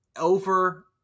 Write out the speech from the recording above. over